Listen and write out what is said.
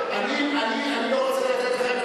רבותי, אתם לא תפריעו.